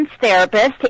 therapist